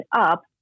up